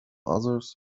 others